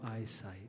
eyesight